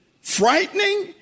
Frightening